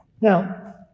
Now